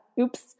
oops